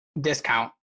discount